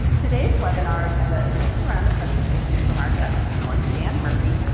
today's webinar agenda is centered around the presentations from our guest panelists dan murphy,